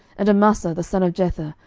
and amasa the son of jether,